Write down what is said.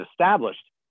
established